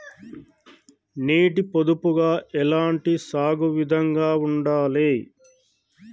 నీటి పొదుపుగా ఎలాంటి సాగు విధంగా ఉండాలి?